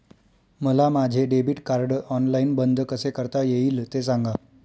मला माझे debit card online बंद कसे करता येईल, ते सांगा